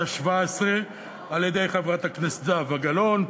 השבע-עשרה על-ידי חברת הכנסת זהבה גלאון,